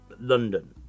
London